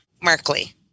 Markley